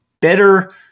better